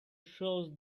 shows